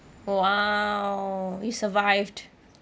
!wow! you survived